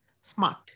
smart